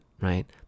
right